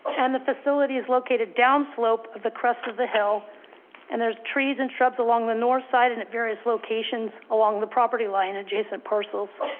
and the facility is located down slope of the crest of the hill and there's trees and shrubs along the north side, and at various locations along the property line, adjacent parcels.